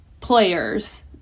players